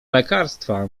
lekarstwa